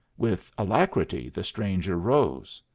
with alacrity the stranger rose.